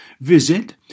Visit